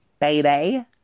baby